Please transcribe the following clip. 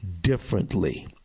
differently